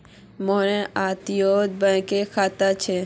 मोहनेर अपततीये बैंकोत खाता छे